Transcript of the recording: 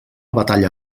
batalla